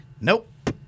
Nope